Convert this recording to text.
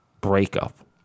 breakup